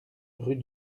rue